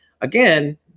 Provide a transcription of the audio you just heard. again